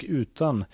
utan